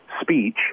speech